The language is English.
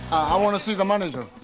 i wanna see the manager.